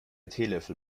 teelöffel